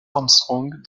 armstrong